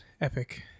Epic